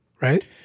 right